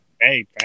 hey